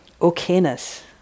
okayness